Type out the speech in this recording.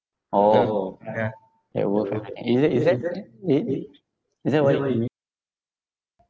orh that worth ah is that is that it is that what you mean